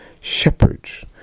Shepherds